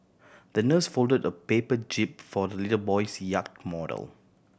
the nurse folded a paper jib for the little boy's yacht model